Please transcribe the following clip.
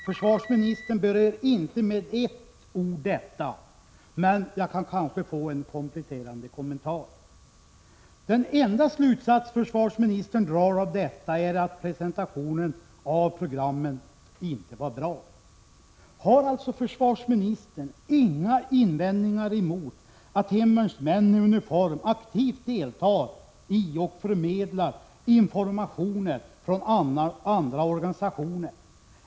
Försvarsministern berör inte med ett ord den frågan, men jag kan kanske få en kompletterande kommentar. Den enda slutsats försvarsministern drar av det inträffade är att presentationen av programmet inte var bra. Har alltså försvarsministern inte några invändningar emot att hemvärnsmän i uniform aktivt deltar i och förmedlar information från andra organisationer?